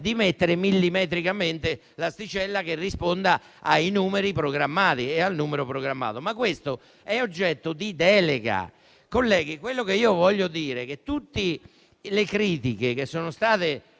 di mettere millimetricamente l'asticella che risponda ai numeri programmati e al numero programmato. Questo è però oggetto di delega. Colleghi, quello che voglio dire è che tutte le critiche che sono state